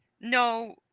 no